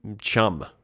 chum